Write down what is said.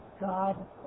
God